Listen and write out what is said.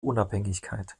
unabhängigkeit